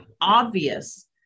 obvious